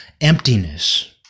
emptiness